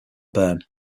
byrne